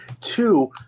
Two